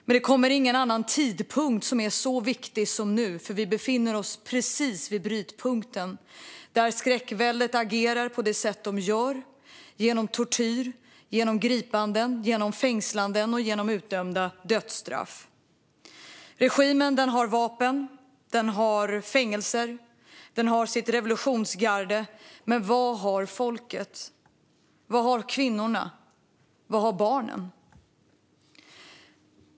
Men det kommer ingen annan tidpunkt som är så viktig som nu, för vi befinner oss precis vid brytpunkten, där skräckväldet agerar på det sätt de gör, genom tortyr, gripanden, fängslanden och utdömda dödsstraff. Regimen har vapen, fängelser och sitt revolutionsgarde. Men vad har folket? Vad har kvinnorna? Vad har barnen?